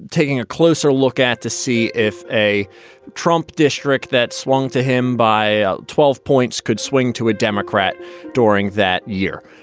taking a closer look at to see if a trump district that swung to him by twelve points could swing to a democrat during that year.